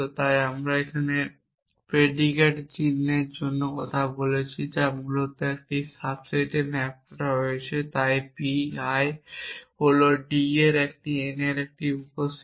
তাই আমরা যে predicate চিহ্নের কথা বলছি তা মূলত একটি সাবসেটে ম্যাপ করা হয়েছে তাই p I হল d এর n এর একটি উপসেট